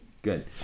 Good